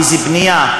איזה בנייה,